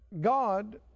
God